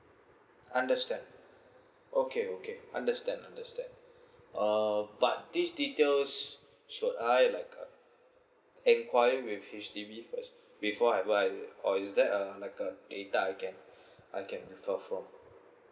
understand okay okay understand understand uh but these details should I like uh enquire with H_D_B first before I buy or is there uh like a data I can I can refer from